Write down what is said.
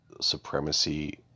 Supremacy